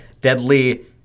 deadly